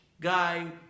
guy